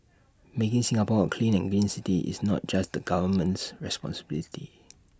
making Singapore A clean and green city is not just the government's responsibility